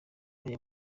aya